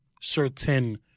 certain